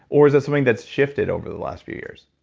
or is this something that's shifted over the last few years?